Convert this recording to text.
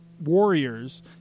Warriors